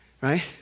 Right